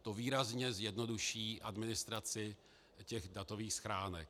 To výrazně zjednoduší administraci datových schránek.